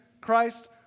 Christ